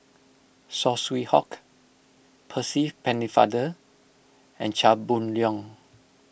Saw Swee Hock Percy Pennefather and Chia Boon Leong